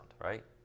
right